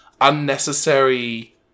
unnecessary